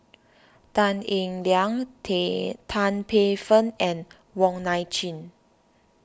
Tan Eng Liang tea Tan Paey Fern and Wong Nai Chin